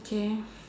change